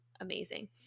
amazing